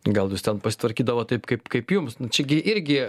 gal jūs ten pasitvarkydavot taip kaip kaip jums nu čia gi irgi